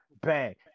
bang